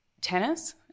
tennis